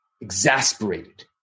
exasperated